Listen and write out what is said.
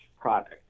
product